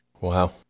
Wow